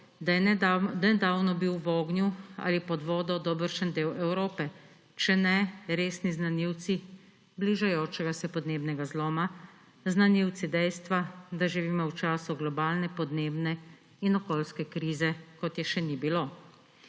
da je nedavno bil v ognju ali pod vodo dobršen del Evrope, če ne resni znanilci bližajočega se podnebnega zloma, znanilci dejstva, da živimo v času globalne podnebne in okoljske krize, kot je še ni bilo.